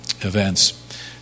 events